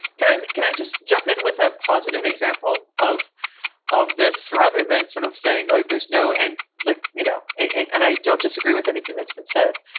can i and can i just jump in with a positive example of of this rather than sort of saying, oh, there's no end, like, you know? and i don't disagree with anything that's been said.